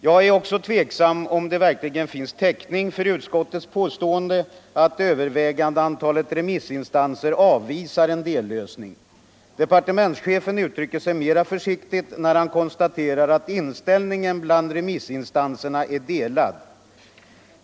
Jag är också tveksam om det verkligen finns täckning för utskottets påstående att övervägande antalet remissinstanser avvisar en dellösning. Departementschefen uttrycker sig mer försiktigt när han konstaterar att uppfattningarna bland remissinstanserna är delade.